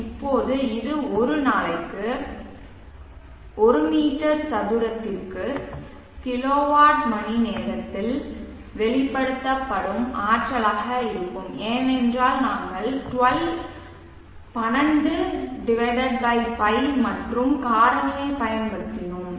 இப்போது இது ஒரு நாளைக்கு ஒரு மீட்டர் சதுரத்திற்கு கிலோவாட் மணிநேரத்தில் வெளிப்படுத்தப்படும் ஆற்றலாக இருக்கும் ஏனென்றால் நாங்கள் 12 π மாற்றும் காரணியைப் பயன்படுத்தினோம்